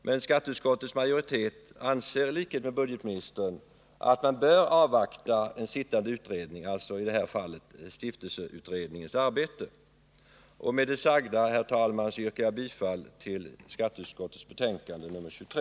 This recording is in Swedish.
Men skatteutskottets majoritet anser i likhet med budgetministern att man bör avvakta den sittande stiftelseutredningens arbete. Herr talman! Med det sagda yrkar jag bifall till skatteutskottets hemställan i dess betänkande nr 23.